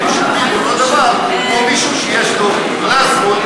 אותו סכום כמו מישהו שיש לו פלזמות,